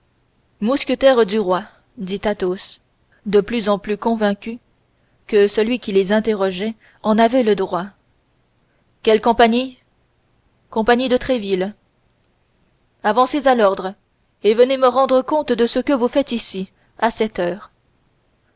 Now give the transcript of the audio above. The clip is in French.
mousquetaires du roi dit athos de plus en plus convaincu que celui qui les interrogeait en avait le droit quelle compagnie compagnie de tréville avancez à l'ordre et venez me rendre compte de ce que vous faites ici à cette heure